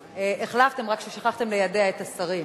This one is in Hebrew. החלפנו, ורק שכחתם ליידע את השרים.